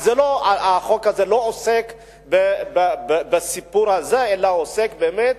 החוק הזה לא עוסק בסיפור הזה אלא עוסק באמת